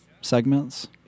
segments